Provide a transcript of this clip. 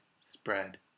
spread